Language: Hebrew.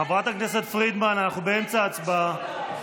חברת הכנסת פרידמן, אנחנו באמצע הצבעה.